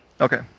Okay